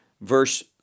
Verse